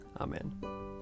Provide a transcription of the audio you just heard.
Amen